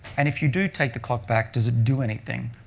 and if you do take the clock back, does it do anything?